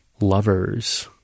lovers